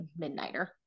midnighter